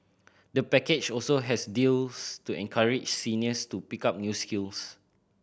the package also has deals to encourage seniors to pick up new skills